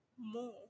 more